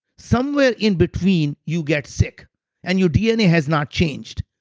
somewhere in between you get sick and your dna has not changed.